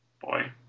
Boy